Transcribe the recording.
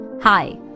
Hi